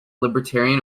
libertarian